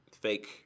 fake